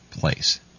place